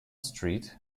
street